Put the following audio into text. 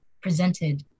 presented